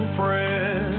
friends